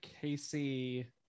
Casey